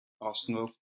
Arsenal